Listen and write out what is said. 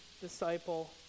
disciple